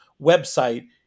website